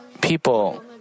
People